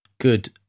Good